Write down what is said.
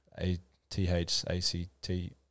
A-T-H-A-C-T